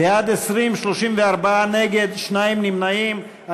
בעד, 20, 34 נגד, שני נמנעים.